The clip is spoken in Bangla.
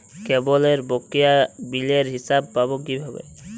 কেবলের বকেয়া বিলের হিসাব পাব কিভাবে?